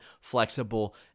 flexible